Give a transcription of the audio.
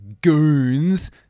Goons